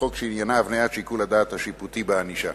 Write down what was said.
חוק שעניינה הבניית שיקול הדעת השיפוטי בענישה.